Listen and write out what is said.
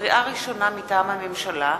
לקריאה ראשונה, מטעם הממשלה: